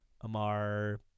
Amar